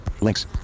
Links